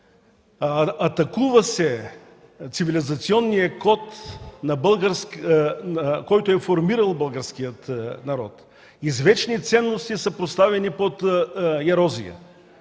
атакува се цивилизационният код, който е формирал българския народ, извечни ценности са поставени под ерозия.